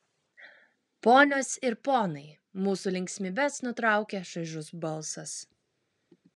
ponios ir ponai mūsų linksmybes nutraukia šaižus balsas